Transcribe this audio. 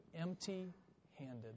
empty-handed